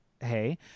hey